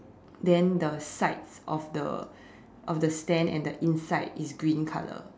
then the sides of the of the stand and the inside is green color